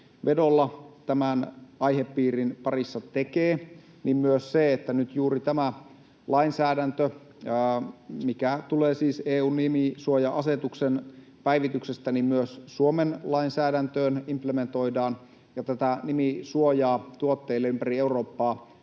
vedolla tämän aihepiirin parissa tekee, myös se, että nyt juuri tämä lainsäädäntö, mikä tulee siis EU:n nimisuoja-asetuksen päivityksestä, Suomen lainsäädäntöön implementoidaan, ja tätä nimisuojaa tuotteille ympäri Eurooppaa